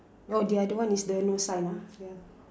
[oh]the other one is the no sign ah ya